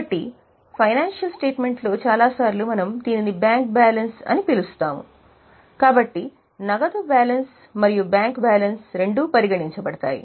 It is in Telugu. కాబట్టి ఫైనాన్షియల్ స్టేట్మెంట్లలో చాలా సార్లు మనము దీనిని బ్యాంక్ బ్యాలెన్స్ అని పిలుస్తాము కాబట్టి నగదు బ్యాలెన్స్ మరియు బ్యాంక్ బ్యాలెన్స్ రెండూ పరిగణించబడతాయి